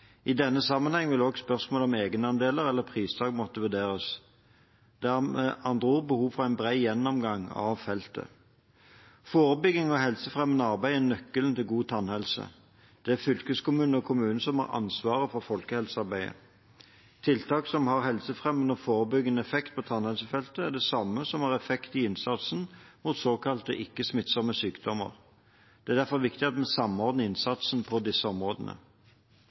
I denne sammenheng vil også spørsmål om egenandeler eller pristak måtte vurderes. Det er med andre ord behov for en bred gjennomgang av feltet. Forebygging og helsefremmende arbeid er nøkkelen til god tannhelse. Det er fylkeskommunen og kommunen som har ansvar for folkehelsearbeidet. Tiltak som har helsefremmende og forebyggende effekt på tannhelsefeltet, er de samme som har effekt i innsatsen mot såkalte ikke-smittsomme sykdommer. Det er derfor viktig at vi samordner innsatsen på disse områdene.